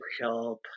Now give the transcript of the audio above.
help